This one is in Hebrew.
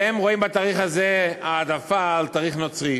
והם רואים בתאריך הזה העדפה על תאריך נוצרי.